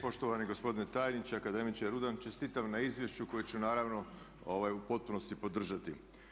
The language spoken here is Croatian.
Poštovani gospodine tajniče, akademiče Rudan čestitam na izvješću koje ću naravno u potpunosti podržati.